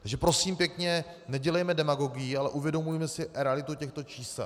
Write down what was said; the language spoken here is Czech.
Takže prosím pěkně, nedělejme demagogii, ale uvědomujme si realitu těchto čísel.